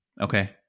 Okay